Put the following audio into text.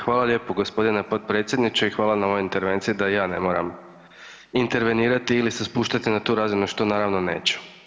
Hvala lijepo g. potpredsjedniče i hvala na ovoj intervenciji da ja ne moram intervenirati ili se spuštati na tu razinu, što naravno neću.